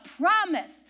promise